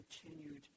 continued